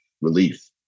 relief